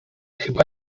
chyba